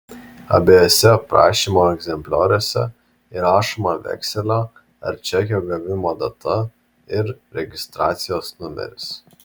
abiejuose prašymo egzemplioriuose įrašoma vekselio ar čekio gavimo data ir registracijos numeris